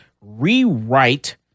rewrite